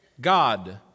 God